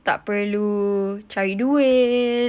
tak perlu cari duit